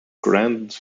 grand